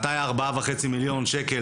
מתי הארבעה מיליון שקל,